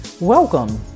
welcome